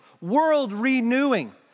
world-renewing